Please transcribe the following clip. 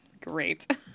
Great